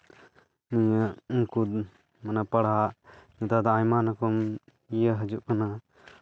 ᱱᱤᱭᱟᱹ ᱩᱱᱠᱩ ᱢᱟᱱᱮ ᱯᱟᱲᱦᱟᱜ ᱱᱮᱛᱟᱨ ᱫᱚ ᱟᱭᱢᱟ ᱨᱚᱠᱚᱢ ᱱᱤᱭᱟᱹ ᱦᱤᱡᱩᱜ ᱠᱟᱱᱟ